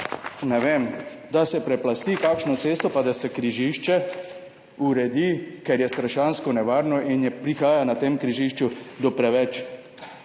ne vem, da se preplasti kakšno cesto pa da se križišče uredi, ker je strašansko nevarno in prihaja na tem križišču do preveč